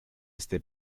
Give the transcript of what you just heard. este